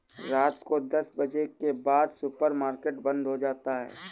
रात को दस बजे के बाद सुपर मार्केट बंद हो जाता है